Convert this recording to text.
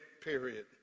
period